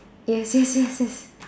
yes yes yes yes